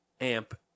Amp